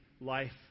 life